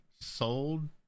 sold